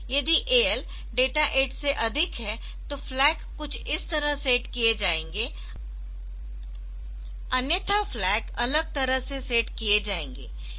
यदि AL data 8 से अधिक है तो फ्लैग कुछ इस तरह से सेट किए जाएंगे अन्यथा फ्लैग अलग तरह से सेट किए जाएंगे